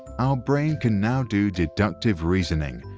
our brain can now do deductive reasoning,